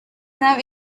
now